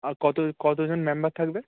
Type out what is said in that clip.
আর কত কতজন মেম্বার থাকবে